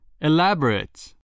Elaborate